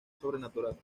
sobrenatural